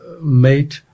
made